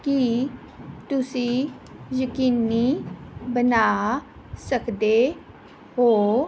ਕੀ ਤੁਸੀਂ ਯਕੀਨੀ ਬਣਾ ਸਕਦੇ ਹੋ